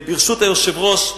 ברשות היושב-ראש,